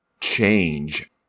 change